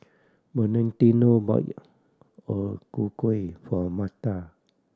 Valentino bought O Ku Kueh for Marla